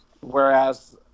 Whereas